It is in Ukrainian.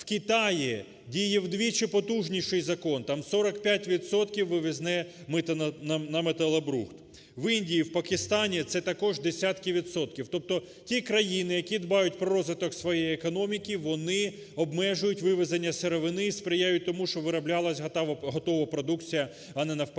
в Китаї діє вдвічі потужніший закон, там 45 відсотків вивізне мито на металобрухт. В Індії, в Пакистані – це також десятки відсотків. Тобто, ті країни, які дбають про розвиток своєї економіки, вони обмежують вивезення сировини, і сприяють тому, що вироблялась готова продукція, а не навпаки.